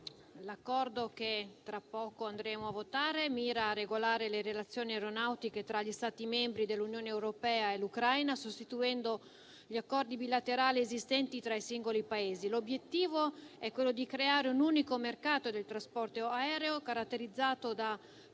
l'Accordo che tra poco andremo a votare mira a regolare le relazioni aeronautiche tra gli Stati membri dell'Unione europea e l'Ucraina, sostituendo gli accordi bilaterali esistenti tra i singoli Paesi. L'obiettivo è quello di creare un unico mercato del trasporto aereo, caratterizzato da